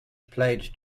played